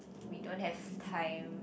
we don't have time